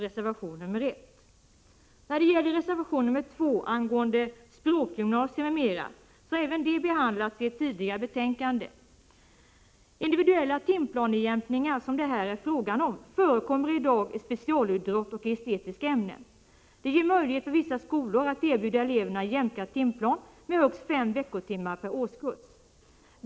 Reservation 2 gäller språkgymnasier m.m., och även den frågan har behandlats i ett tidigare betänkande. Individuella timplanejämkningar, som det här är fråga om, förekommer i dag i specialidrott och i estetiska ämnen. De ger möjlighet för vissa skolor att erbjuda eleverna en jämkad timplan med högst fem veckotimmar per årskurs.